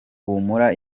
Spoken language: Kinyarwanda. humura